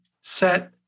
set